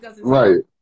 right